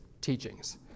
teachings